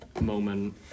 moment